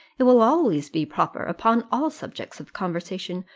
it will always be proper, upon all subjects of conversation,